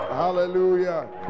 hallelujah